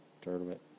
tournament